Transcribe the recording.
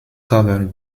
covered